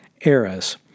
eras